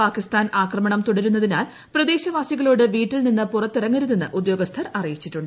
പാകിസ്ഥാൻ ആക്രമണം തുടരുന്നതിനാൽ പ്രദേശവാസികളോട് വീട്ടിൽ നിന്ന് പുറത്തിറങ്ങരുതെന്ന് ഉദ്യോഗസ്ഥർ അറിയിച്ചിട്ടുണ്ട്